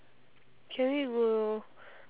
shall we go